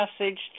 message